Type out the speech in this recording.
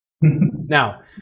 now